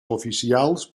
oficials